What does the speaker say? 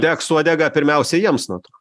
degs uodegą pirmiausia jiems nuo to